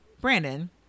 brandon